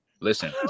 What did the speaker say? Listen